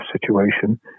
situation